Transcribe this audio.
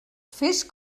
fes